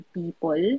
people